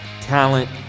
talent